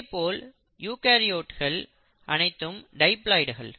இதேபோல் யூகரியோட்கள் அனைத்தும் டைப்ளாய்டுகள்